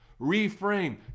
Reframe